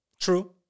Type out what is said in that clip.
True